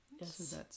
Yes